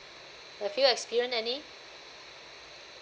have you experienced any